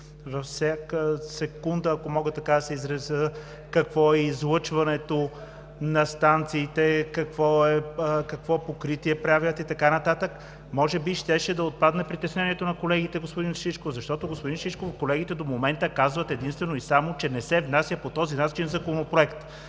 всяка секунда, ако мога така да се изразя, какво е излъчването на станциите, какво покритие правят и така нататък – може би щеше да отпадне притеснението на колегите, господин Шишков. Защото, господин Шишков, колегите до момента казват единствено и само, че не се внася по този начин законопроект.